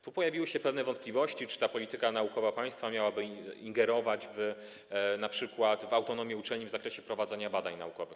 Tu pojawiły się pewne wątpliwości, czy ta polityka naukowa państwa miałaby ingerować np. w autonomię uczelni w zakresie prowadzenia badań naukowych.